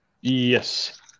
Yes